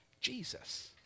Jesus